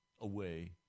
away